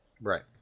right